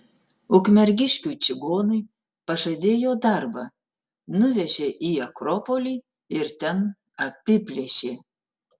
ukmergiškiui čigonai pažadėjo darbą nuvežė į akropolį ir ten apiplėšė